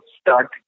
start